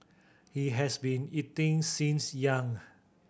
he has been eating since young